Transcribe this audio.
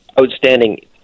outstanding